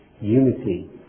unity